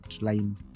line